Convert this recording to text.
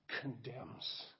condemns